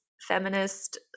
feminist